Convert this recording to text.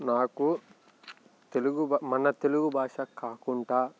నాకు తెలుగు భా మన తెలుగు భాష కాకుండా